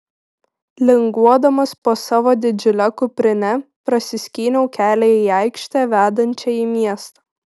linguodamas po savo didžiule kuprine prasiskyniau kelią į aikštę vedančią į miestą